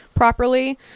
properly